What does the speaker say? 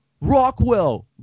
Rockwell